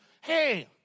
hey